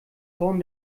form